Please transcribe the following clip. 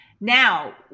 Now